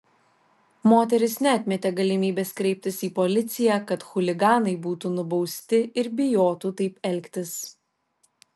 moteris neatmetė galimybės kreiptis į policiją kad chuliganai būtų nubausti ir bijotų taip elgtis